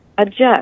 adjust